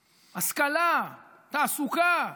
השכלה, תעסוקה,